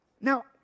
Now